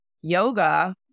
yoga